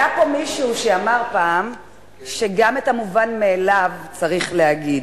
היה פה מישהו שאמר פעם שגם את המובן מאליו צריך להגיד.